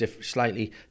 slightly